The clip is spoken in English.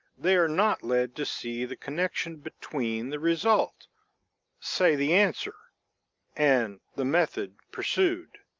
they are not led to see the connection between the result say the answer and the method pursued.